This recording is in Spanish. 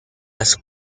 las